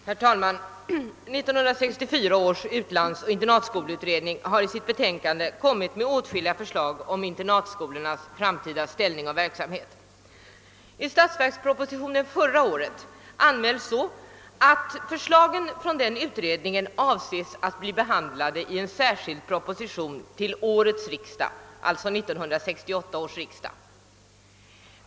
Herr talman! 1964 års utlands-' gök internatskoleutredning har i sitt betänkande kommit med åtskilliga förslag om internatskolornas framtida ställning och verksamhet. I förra årets statsverksproposition förklarades att förslagen från denna utredning avsågs att tas upp till behandling i en särskild proposition till det årets riksdag, alltså 1968 års riksdag.